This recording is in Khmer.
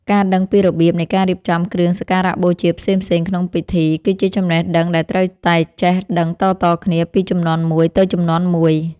ការដឹងពីរបៀបនៃការរៀបចំគ្រឿងសក្ការបូជាផ្សេងៗក្នុងពិធី គឺជាចំណេះដឹងដែលត្រូវតែចេះដឹងតៗគ្នាពីជំនាន់មួយទៅជំនាន់មួយ។